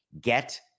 get